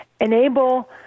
enable